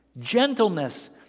gentleness